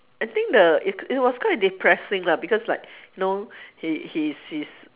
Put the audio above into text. I think the it it was quite depressing lah because like you know he he's he's